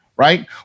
Right